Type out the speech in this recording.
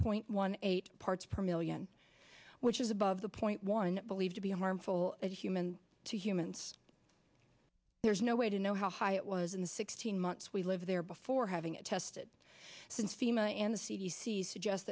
point one eight parts per million which is above the point one believed to be harmful as human to humans there's no way to know how high it was in the sixteen months we lived there before having it tested since fema and the c d c suggest